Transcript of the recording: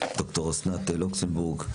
ד"ר אסנת לוקסנבורג,